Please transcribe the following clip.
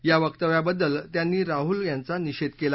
या वक्तव्याबद्दल त्यांनी राहुल गांधी यांचा निषेध केला